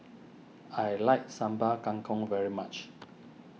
I like Sambal Kangkong very much